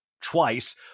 twice